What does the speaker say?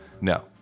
No